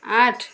ଆଠ